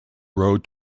road